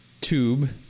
tube